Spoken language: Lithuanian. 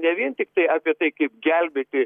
ne vien tiktai apie tai kaip gelbėti